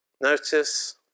Notice